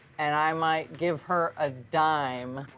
and i might give her a dime